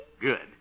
good